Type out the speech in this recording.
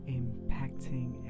impacting